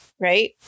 right